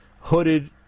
hooded